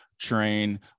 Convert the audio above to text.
train